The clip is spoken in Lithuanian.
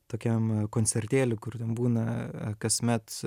tokiam koncertėly kur ten būna kasmet